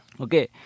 okay